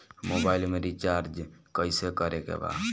Mobile में recharge कइसे करे के बा?